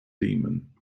demon